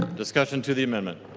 discussion to the amendment?